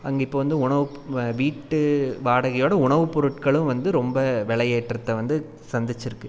அங்கே இப்போ வந்து உணவு வீட்டு வாடகையோட உணவுப்பொருட்களும் வந்து ரொம்ப விலயேற்றத்த வந்து சந்திச்சிருக்குது